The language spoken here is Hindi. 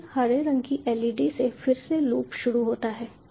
फिर हरे रंग की LED से फिर से लूप शुरू होता है